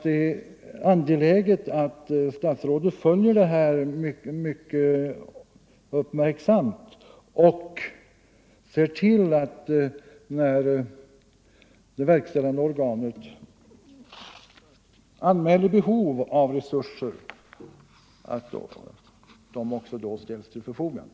Det är angeläget att statsrådet följer de här frågorna mycket uppmärksamt och, när det verkställande organet anmäler behov därav, ser till att resurserna också ställs till förfogande.